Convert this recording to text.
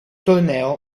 torneo